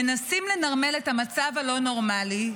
מנסים לנרמל את המצב הלא-נורמלי,